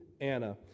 Anna